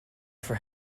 for